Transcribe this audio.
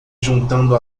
juntando